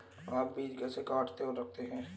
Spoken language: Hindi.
आप बीज कैसे काटते और रखते हैं?